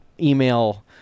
email